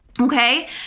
Okay